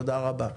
תודה רבה.